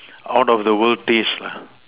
out of the world taste lah